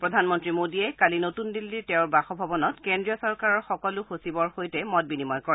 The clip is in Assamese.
প্ৰধানমন্ত্ৰী মোডীয়ে কালি নতুন দিল্লীৰ তেওঁৰ বাসভৱনত কেদ্ৰীয় চৰকাৰৰ সকলো সচিবসকলৰ সৈতে মত বিনিময় কৰে